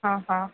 हां हां